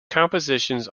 compositions